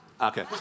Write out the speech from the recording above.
Okay